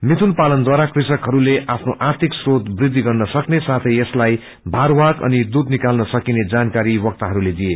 मिथुन पालनले कृषकहरूले यसबाट आफ्नो आर्थिक श्रोत वृद्धि गत्र सक्ने साथै यसलाई भारवाहक अघि दुध निकाल्न सकिने जानकारी वक्ताहरूले दिए